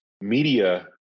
media